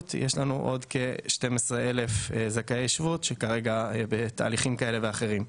עוד כ-12,000 זכאי שבות שנמצאים כרגע בתהליכים כאלה ואחרים.